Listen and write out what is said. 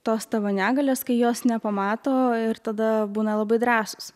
tos tavo negalios kai jos nepamato ir tada būna labai drąsūs